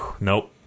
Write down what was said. Nope